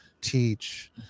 teach